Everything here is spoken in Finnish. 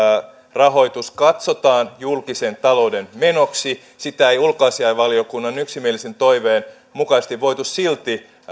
rahoitus katsotaan julkisen talouden menoksi sitä ei ulkoasiainvaliokunnan yksimielisen toiveen mukaisesti voitu silti